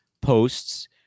posts